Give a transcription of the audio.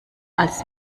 als